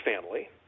family